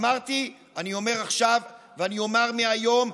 אמרתי, אני אומר עכשיו ואני אומר מהיום,